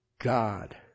God